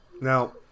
Now